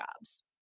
jobs